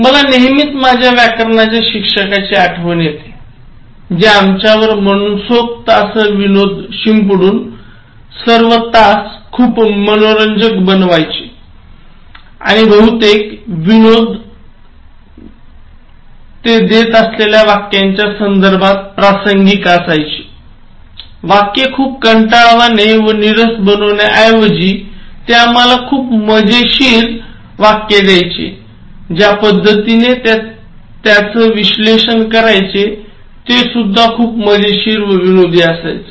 मला नेहमीच माझ्या व्याकरणाच्या शिक्षकाची आठवण येते जे आमच्यावर मनसोक्त असे विनोद शिंपडून सर्व तास खूप मनोरंजक बनवायचे आणि बहुतेक विनोद ते देत असलेल्या वाक्याच्या संदर्भात प्रासंगिक असायचे वाक्य खूप कंटाळवाणे व नीरस बनवण्याऐवजी ते आम्हाला खूप मजेदार वाक्य द्यायचे ज्या पद्धतीने ते त्याच विश्लेषण करायचे ते सुद्धा खूप मजेशीर व विनोदी असायचं